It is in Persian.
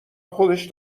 خودش